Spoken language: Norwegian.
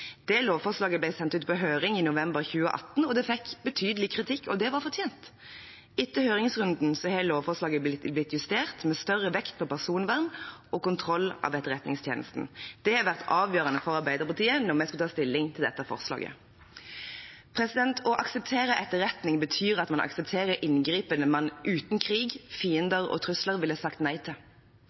Det lovforslaget ble sendt ut på høring i november 2018. Det fikk betydelig kritikk, og det var fortjent. Etter høringsrunden har lovforslaget blitt justert, med større vekt på personvern og kontroll av Etterretningstjenesten. Det har vært avgjørende for Arbeiderpartiet da vi skulle ta stilling til dette forslaget. Å akseptere etterretning betyr at man aksepterer inngripen man uten krig, fiender og trusler ville sagt nei til.